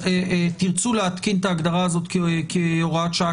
תרצו להתקין את ההגדרה הזאת כהוראת שעה